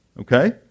okay